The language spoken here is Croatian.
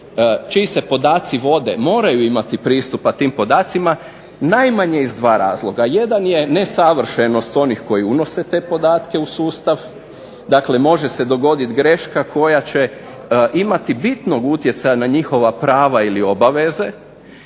čiji se podaci vode moraju imati pristupa tim podacima, najmanje iz dva razloga. Jedan je nesavršenost onih koji unose te podatke u sustav, dakle može se dogoditi greška koja će imati bitnog utjecaja na njihova prava ili obaveze.